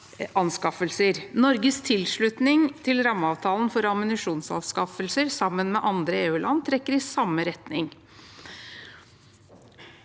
Norges tilslutning til rammeavtalen for ammunisjonsanskaffelser sammen med andre EU-land trekker i samme retning.